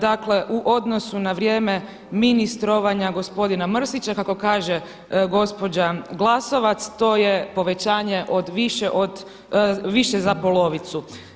Dakle u odnosu na vrijeme ministrovanja gospodina Mrsića kako kaže gospođa Glasovac, to je povećanje više za polovicu.